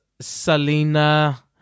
Selena